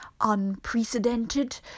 unprecedented